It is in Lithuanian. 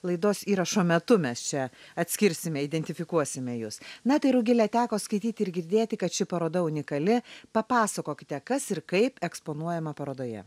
laidos įrašo metu mes čia atskirsime identifikuosime jus na tai rugile teko skaityti ir girdėti kad ši paroda unikali papasakokite kas ir kaip eksponuojama parodoje